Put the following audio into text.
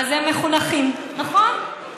אז הם מחונכים, נכון.